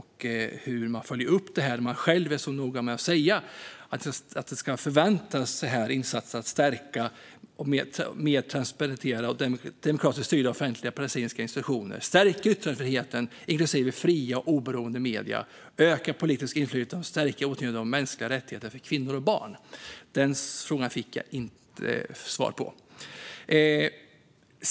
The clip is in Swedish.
Hur följer man upp detta när man själv är så noga med att säga att man förväntar sig att insatserna ska stärka demokratiskt styrda offentliga palestinska institutioner, stärka yttrandefriheten inklusive fria och oberoende medier, öka politiskt inflytande och stärka åtgärderna för mänskliga rättigheter för kvinnor och barn? Denna fråga fick jag inte svar på.